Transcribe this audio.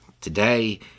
Today